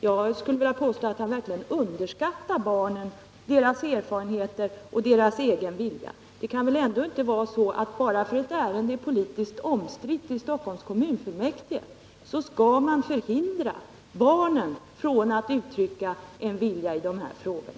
Jag skulle vilja påstå att han verkligen underskattar barnen, deras erfarenheter och deras egen vilja. Det kan väl ändå inte vara så, att bara för att ett ärende är politiskt omstritt i Stockholms kommunfullmäktige så skall man förhindra barnen att uttrycka en vilja i den frågan.